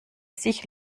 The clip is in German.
sich